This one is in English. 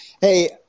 hey